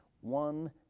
one